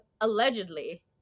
allegedly